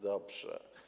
Dobrze.